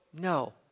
no